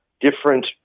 different